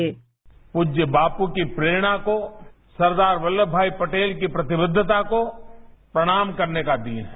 sound bite पूज्य बापू की प्रेरणा को सरदार वल्लभमाई पटेल की प्रतिबद्धता को प्रणाम करने का दिन है